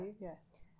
yes